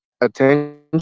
attention